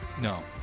No